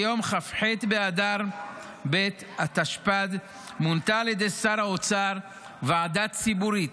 ביום כ"ח באדר ב' התשפ"ד מונתה על ידי שר האוצר ועדה ציבורית